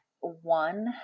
One